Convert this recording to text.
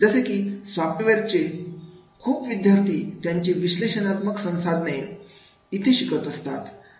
जसे की सॉफ्टवेअरचे खूप विद्यार्थी त्यांची विश्लेषणात्मक संसाधने इथे शिकत असतात